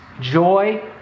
joy